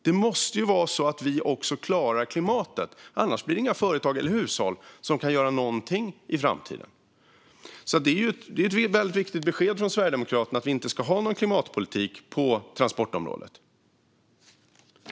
Vi måste klara klimatet, annars kan inga företag eller hushåll göra någonting i framtiden. Det är väldigt viktigt besked från Sverigedemokraterna att vi inte ska ha någon klimatpolitik på transportområdet.